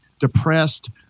depressed